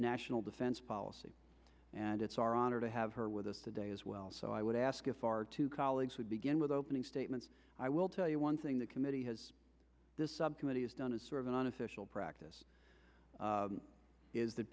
national defense policy and it's our honor to have her with us today as well so i would ask if our two colleagues would begin with opening statements i will tell you one thing the committee has this subcommittee has done as sort of an unofficial practice is that